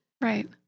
Right